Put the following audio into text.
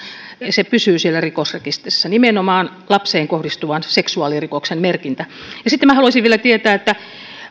se pysyy siellä rikosrekisterissä nimenomaan lapseen kohdistuvan seksuaalirikoksen merkintä sitten minä haluaisin vielä tietää